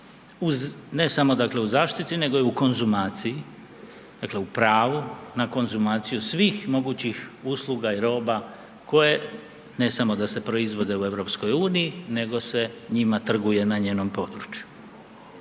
ne samo u zaštiti nego i u konzumaciji, dakle u pravu na konzumaciju svih mogućih usluga i roba koje ne samo da se proizvode u EU nego se njima trguje na njenom području.